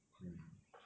mm